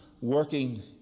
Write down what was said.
working